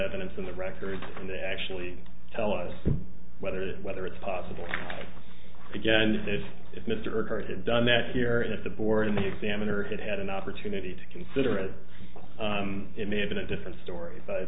evidence in the record and to actually tell us whether it whether it's possible again if if mr card had done that here at the board in the examiner that had an opportunity to consider it it may have been a different story but